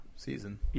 Season